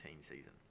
season